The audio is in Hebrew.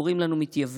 קוראים לנו מתייוונים,